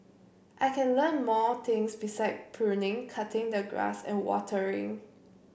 I can learn more things besides pruning cutting the grass and watering